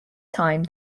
time